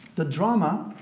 the drama